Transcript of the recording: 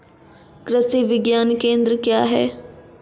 कृषि विज्ञान केंद्र क्या हैं?